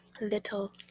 little